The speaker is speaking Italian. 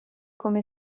come